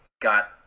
got